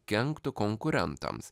kenktų konkurentams